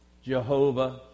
Jehovah